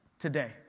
today